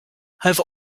have